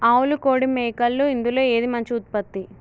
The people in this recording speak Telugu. ఆవులు కోడి మేకలు ఇందులో ఏది మంచి ఉత్పత్తి?